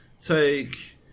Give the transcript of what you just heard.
take